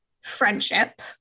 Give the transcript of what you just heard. friendship